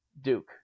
Duke